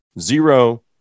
zero